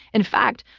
in fact,